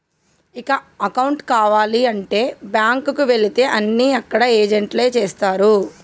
ఇక అకౌంటు కావాలంటే బ్యాంకుకి వెళితే అన్నీ అక్కడ ఏజెంట్లే చేస్తరు